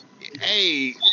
hey